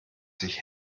sich